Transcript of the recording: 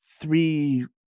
three